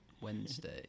Wednesday